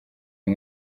uyu